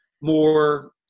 more